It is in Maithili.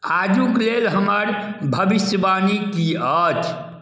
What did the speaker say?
आजूक लेल हमर भविष्यवाणी की अछि